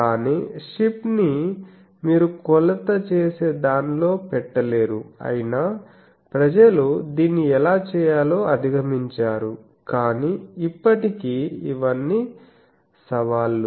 కానీ షిప్ ని మీరు కొలత చేసే దానిలో పెట్టలేరు అయినా ప్రజలు దీన్ని ఎలా చేయాలో అధిగమించారు కానీ ఇప్పటికీ ఇవన్నీ సవాళ్లు